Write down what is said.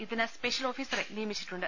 ഇതിന് സ്പെഷ്യൽ ഓഫീസറെ നിയമിച്ചിട്ടുണ്ട്